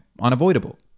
unavoidable